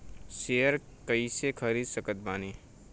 Share कइसे खरीद सकत बानी?